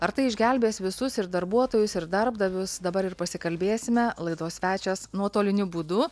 ar tai išgelbės visus ir darbuotojus ir darbdavius dabar ir pasikalbėsime laidos svečias nuotoliniu būdu